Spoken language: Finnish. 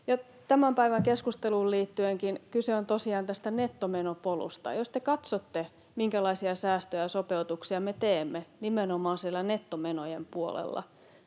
Tämän päivän keskusteluunkin liittyen: Kyse on tosiaan tästä nettomenopolusta. Jos te katsotte, minkälaisia säästöjä ja sopeutuksia me teemme nimenomaan siellä nettomenojen puolella,